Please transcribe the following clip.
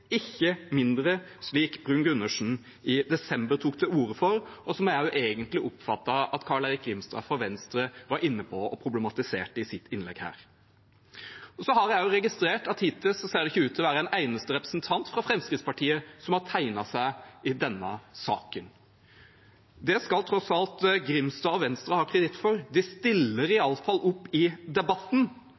ikke mindre, som Bruun-Gundersen i desember tok til orde for, og som jeg egentlig oppfattet at Carl-Erik Grimstad fra Venstre var inne på og problematiserte i sitt innlegg her. Så har jeg også registrert at hittil ser det ikke ut til å være en eneste representant fra Fremskrittspartiet som har tegnet seg i denne saken. Det skal Grimstad og Venstre tross alt ha kreditt for: De stiller iallfall opp i debatten.